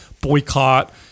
boycott